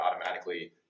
automatically